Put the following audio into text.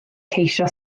ceisio